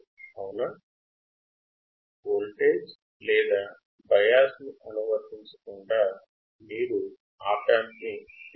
voltage వర్తించకుండా లేదా op amp కు బయాస్ అనువర్తించకుండా మీరు వీటిని ఉపయోగించవచ్చా